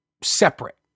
separate